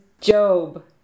Job